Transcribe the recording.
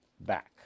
back